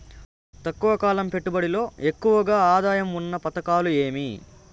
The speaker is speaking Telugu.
తక్కువ కాలం పెట్టుబడిలో ఎక్కువగా ఆదాయం ఉన్న పథకాలు ఏమి?